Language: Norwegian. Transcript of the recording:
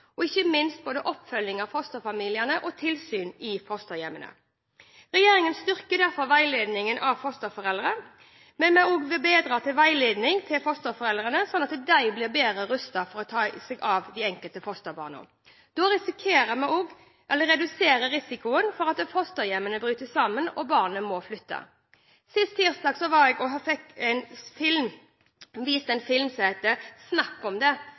og ikke minst oppfølging av fosterfamiliene og tilsyn i fosterhjemmene. Regjeringen styrker derfor veiledning av fosterforeldre. Vi vil også bedre veiledning til fosterforeldre, slik at de blir bedre rustet til å ta seg av de enkelte fosterbarna. Da reduserer vi risikoen for at fosterhjemmene bryter sammen og barnet må flytte. Sist tirsdag var jeg og så en film som het Snakk om det!